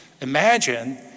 imagine